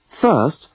First